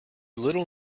little